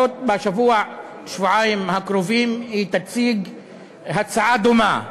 בשבוע-שבועיים הקרובים היא תציג הצעה דומה.